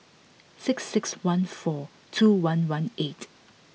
six six one four two one one eight